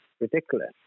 ridiculous